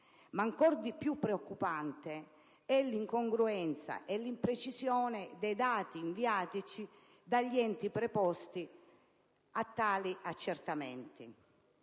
Ancora più preoccupanti sono l'incongruenza e l'imprecisione dei dati inviatici dagli enti preposti a tali accertamenti.